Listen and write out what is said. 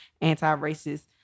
anti-racist